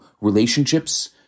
relationships